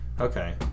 Okay